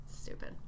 stupid